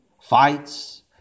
fights